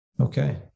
Okay